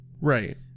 Right